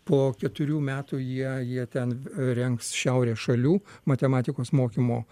po keturių metų jie jie ten rengs šiaurės šalių matematikos mokymo